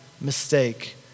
mistake